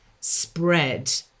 spread